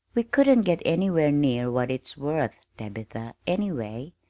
we couldn't get anywhere near what it's worth, tabitha, anyway.